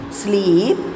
sleep